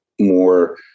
more